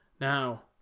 Now